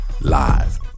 Live